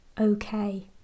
okay